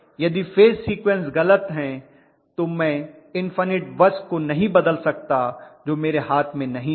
यदि phase sequence गलत हैं तो मैं इन्फनिट बस को नहीं बदल सकता जो मेरे हाथ में नहीं है